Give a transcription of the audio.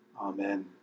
Amen